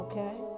Okay